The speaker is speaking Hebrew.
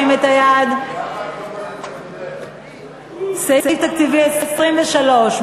אנחנו עוברים להצביע עכשיו על סעיף תקציבי 23,